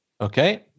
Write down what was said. Okay